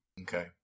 Okay